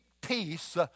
peace